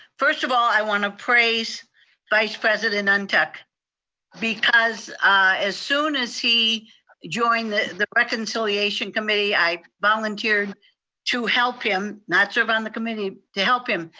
first of all, i wanna praise vice president ah ntuk, because as soon as he joined the the reconciliation committee, i volunteered to help him, not serve on the committee, to help him.